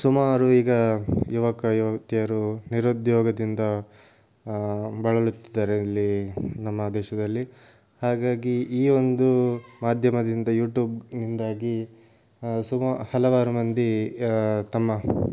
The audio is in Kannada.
ಸುಮಾರು ಈಗ ಯುವಕ ಯುವತಿಯರು ನಿರುದ್ಯೋಗದಿಂದ ಬಳಲುತ್ತಿದ್ದಾರೆ ಇಲ್ಲಿ ನಮ್ಮ ದೇಶದಲ್ಲಿ ಹಾಗಾಗಿ ಈ ಒಂದು ಮಾಧ್ಯಮದಿಂದ ಯೂಟ್ಯೂಬಿನಿಂದಾಗಿ ಸುಮಾ ಹಲವಾರು ಮಂದಿ ತಮ್ಮ